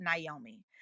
Naomi